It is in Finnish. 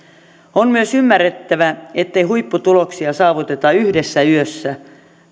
on myös ymmärrettävä ettei huipputuloksia saavuteta yhdessä yössä